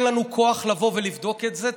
אין לנו כוח לבוא ולבדוק את זה,